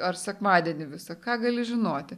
ar sekmadienį visą ką gali žinoti